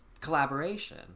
collaboration